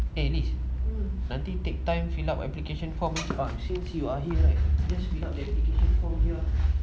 eh liz nanti take time fill up application form ah since you are here right just fill up the application form here